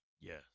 Yes